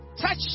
Touch